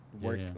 work